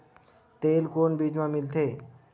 तेल कोन बीज मा निकलथे?